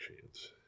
chance